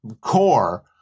core